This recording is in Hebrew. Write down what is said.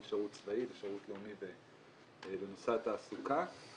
שירות צבאי לשירות לאומי בנושא התעסוקה.